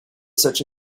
such